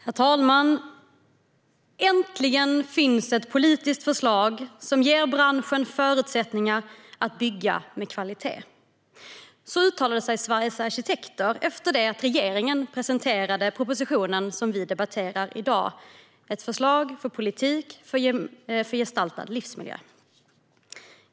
Herr talman! "Äntligen finns ett politiskt förslag som ger branschen förutsättningar att bygga med kvalitet." Så uttalade sig Sveriges Arkitekter efter det att regeringen presenterat den proposition som vi debatterar, Politik för gestaltad livsmiljö .